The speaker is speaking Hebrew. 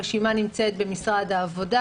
הרשימה נמצאת במשרד העבודה.